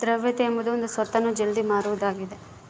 ದ್ರವ್ಯತೆ ಎಂಬುದು ಒಂದು ಸ್ವತ್ತನ್ನು ಜಲ್ದಿ ಮಾರುವುದು ಆಗಿದ